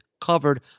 covered